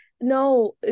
no